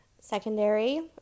secondary